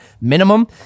minimum